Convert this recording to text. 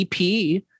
EP